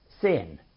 Sin